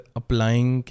applying